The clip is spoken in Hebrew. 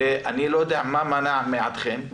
ואני לא יודע מה מנע בעדכם,